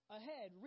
ahead